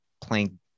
playing